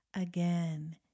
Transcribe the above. Again